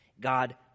God